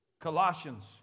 Colossians